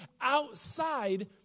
outside